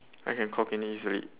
I can clock in it easily